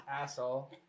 Asshole